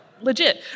legit